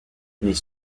les